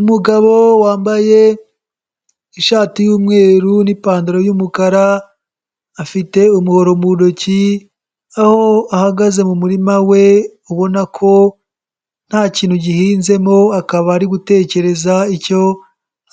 Umugabo wambaye ishati y'umweru n'ipantaro y'umukara, afite umuhoro mu ntoki aho ahagaze mu murima we ubona ko ntakintu gihinzemo akaba ari gutekereza icyo